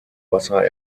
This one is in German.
wasser